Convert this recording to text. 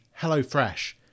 HelloFresh